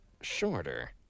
shorter